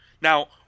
Now